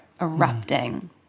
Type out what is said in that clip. erupting